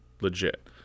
legit